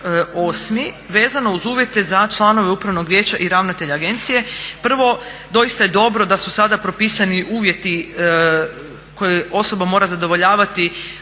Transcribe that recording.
vezano uz uvjete za članove upravnog vijeća i ravnatelja agencije, prvo doista je dobro da su sada propisani uvjeti koje osoba mora zadovoljavati